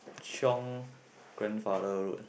chiong grandfather road